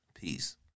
Peace